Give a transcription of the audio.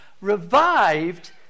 Revived